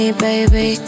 baby